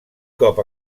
cop